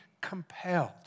compelled